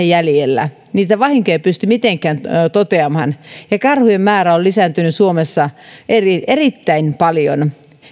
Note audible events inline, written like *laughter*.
*unintelligible* jäljellä niitä vahinkoja ei pysty mitenkään toteamaan karhujen määrä on lisääntynyt suomessa erittäin paljon